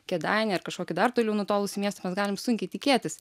kėdainiai ar kažkokį dar toliau nutolusį miestą mes galim sunkiai tikėtis